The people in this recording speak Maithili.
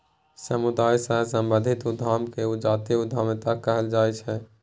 समुदाय सँ संबंधित उद्यम केँ जातीय उद्यमिता कहल जाइ छै